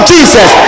Jesus